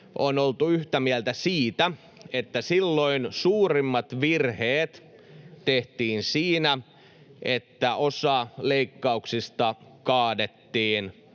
on oltu yhtä mieltä siitä, että silloin suurimmat virheet tehtiin siinä, että osa leikkauksista kaadettiin